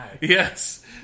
Yes